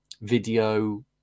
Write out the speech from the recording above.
video